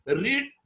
read